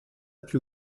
più